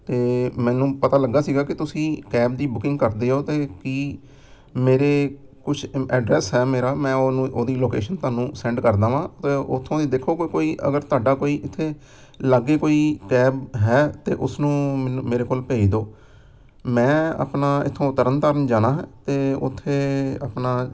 ਅਤੇ ਮੈਨੂੰ ਪਤਾ ਲੱਗਿਆ ਸੀਗਾ ਕਿ ਤੁਸੀਂ ਕੈਬ ਦੀ ਬੁਕਿੰਗ ਕਰਦੇ ਹੋ ਅਤੇ ਕੀ ਮੇਰੇ ਕੁਛ ਐਡਰੈਸ ਹੈ ਮੇਰਾ ਮੈਂ ਉਹਨੂੰ ਉਹਦੀ ਲੋਕੇਸ਼ਨ ਤੁਹਾਨੂੰ ਸੈਂਡ ਕਰਦਾ ਹਾਂ ਅਤੇ ਉੱਥੋਂ ਦੀ ਦੇਖੋਗੇ ਕੋਈ ਅਗਰ ਤੁਹਾਡਾ ਕੋਈ ਉੱਥੇ ਲਾਗੇ ਕੋਈ ਕੈਬ ਹੈ ਤਾਂ ਉਸ ਨੂੰ ਮੈਨੂੰ ਮੇਰੇ ਕੋਲ ਭੇਜ ਦਿਓ ਮੈਂ ਆਪਣਾ ਇੱਥੋਂ ਤਰਨਤਾਰਨ ਜਾਣਾ ਹੈ ਅਤੇ ਉੱਥੇ ਆਪਣਾ